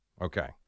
Okay